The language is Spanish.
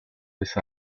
esa